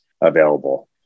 available